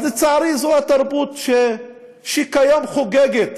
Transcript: אז לצערי, זאת התרבות שכיום חוגגת